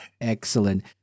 Excellent